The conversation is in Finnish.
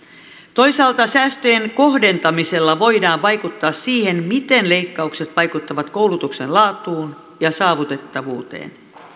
toisaalta säästöjen kohdentamisella voidaan vaikuttaa siihen miten leikkaukset vaikuttavat koulutuksen laatuun ja saavutettavuuteen